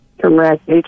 Correct